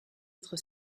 être